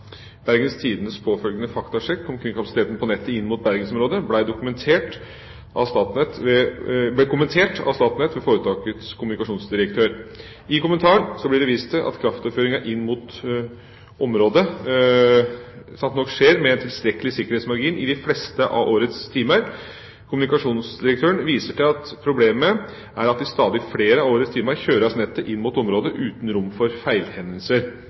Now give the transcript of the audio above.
Bergens Tidendes påfølgende faktasjekk omkring kapasiteten på nettet inn mot Bergenområdet ble kommentert av Statnett ved foretakets kommunikasjonsdirektør. I kommentaren blir det vist til kraftoverføringa inn mot området sant nok skjer med en tilstrekkelig sikkerhetsmargin i de fleste av årets timer. Kommunikasjonsdirektøren viser til at problemet er at i stadig flere av årets timer kjøres nettet inn mot området uten rom for feilhendelser,